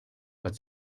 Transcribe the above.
but